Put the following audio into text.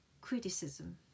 criticism